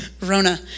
Rona